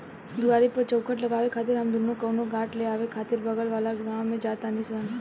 दुआरी पर चउखट लगावे खातिर हम दुनो कवनो काठ ले आवे खातिर बगल वाला गाँव में जा तानी सन